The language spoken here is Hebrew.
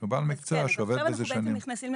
שהוא בעל מקצוע שעובד בזה שנים.